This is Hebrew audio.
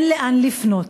אין לאן לפנות,